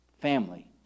Family